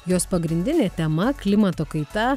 jos pagrindinė tema klimato kaita